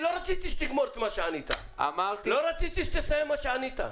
שמעתי מה ענית ולא רציתי שתסיים את מה שענית.